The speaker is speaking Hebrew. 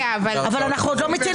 ליאור, איש המחתרת היהודית